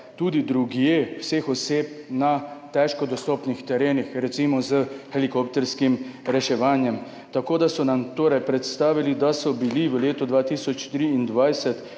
tudi drugje, vseh oseb na težko dostopnih terenih, recimo s helikopterskim reševanjem. Tako so nam povedali, da so bili v letu 2023